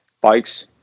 bikes